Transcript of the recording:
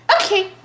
okay